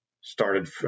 started